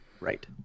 Right